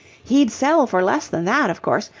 he'd sell for less than that, of course,